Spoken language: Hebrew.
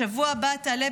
בשבוע הבא תעלה,